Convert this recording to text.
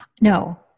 No